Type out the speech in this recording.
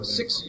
six